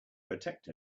protect